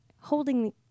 holding